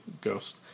Ghost